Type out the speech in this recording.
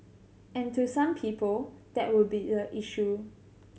and to some people that would be the issue